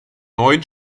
neun